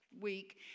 week